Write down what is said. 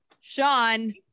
Sean